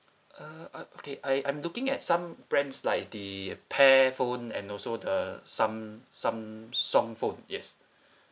err uh okay I I'm looking at some brands like the pear phone and also the sum~ samsung phone yes